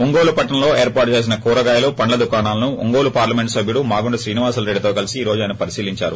ఒంగోలు పట్టణంలో ఏర్పాటు చేసిన కూరగాయల పండ్ల దుకాణాలను ఒంగోలు పార్లమెంటు సభ్యుడు మాగుంట శ్రీనివాసులు రెడ్డితో కలిసి ఈ రోజు ఆయన పరిశీలించారు